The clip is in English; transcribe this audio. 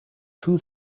two